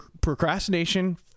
procrastination